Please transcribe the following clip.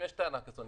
אם יש טענה כזו,